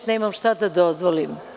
Tu nemam šta da dozvolim.